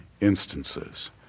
instances